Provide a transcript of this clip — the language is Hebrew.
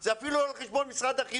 ‏זה אפילו לא על חשבון משרד החינוך.